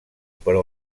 però